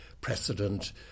precedent